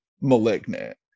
malignant